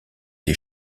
des